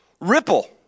ripple